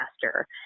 faster